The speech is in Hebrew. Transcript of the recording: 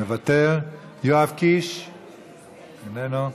מוותר, יואב קיש, איננו.